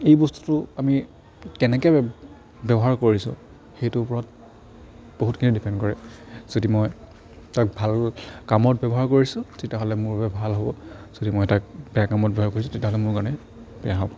এই বস্তুটো আমি কেনেকে ব্যৱহাৰ কৰিছোঁ সেইটোৰ ওপৰত বহুতখিনি ডিপেণ্ড কৰে যদি মই তাক ভাল কামত ব্যৱহাৰ কৰিছোঁ তেতিয়াহ'লে মোৰ বাবে ভাল হ'ব যদি মই তাক বেয়া কামত ব্যৱহাৰ কৰিছোঁ তেতিয়াহ'লে মোৰ কাৰণে বেয়া হ'ব